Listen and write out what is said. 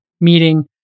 meeting